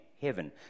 heaven